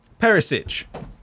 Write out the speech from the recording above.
Perisic